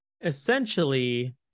essentially